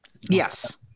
Yes